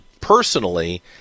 Personally